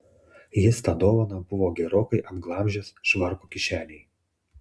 jis tą dovaną buvo gerokai apglamžęs švarko kišenėj